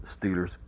Steelers